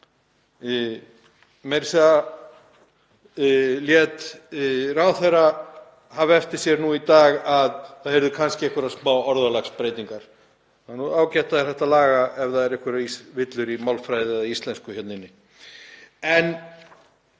að segja lét ráðherra hafa eftir sér nú í dag að það yrðu kannski einhverjar smá orðalagsbreytingar. Það er nú ágætt að hægt sé að laga það ef einhverjar villur eru í málfræði eða íslensku hérna inni.